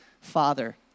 Father